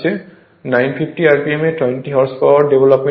950 rpm এ 20 horse power development করে